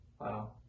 Wow